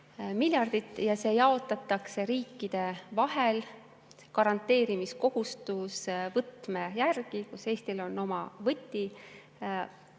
miljardit ja see jaotatakse riikide vahel garanteerimiskohustuse võtme järgi, kus Eestil on oma võti.